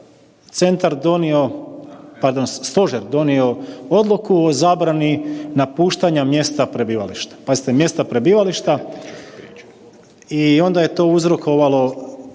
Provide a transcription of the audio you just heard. centar donio, pardon Stožer donio odluku o zabrani napuštanja mjesta prebivališta. Pazite, mjesta prebivališta i onda je to uzrokovalo